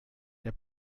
der